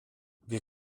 wir